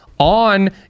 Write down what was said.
on